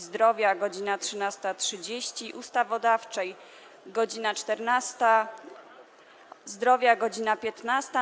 Zdrowia - godz. 13.30, - Ustawodawczej - godz. 14, - Zdrowia - godz. 15,